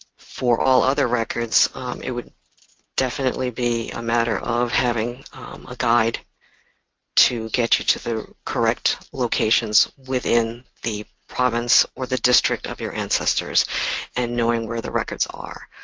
for all other records it would definitely be a matter of having a guide to get you to the correct locations within the province or the district of your ancestors and knowing where the records are.